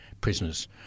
prisoners